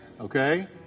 Okay